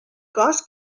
cos